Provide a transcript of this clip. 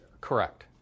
correct